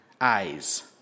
eyes